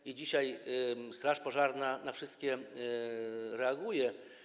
I dzisiaj straż pożarna na wszystkie reaguje.